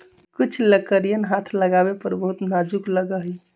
कुछ लकड़ियन हाथ लगावे पर बहुत नाजुक लगा हई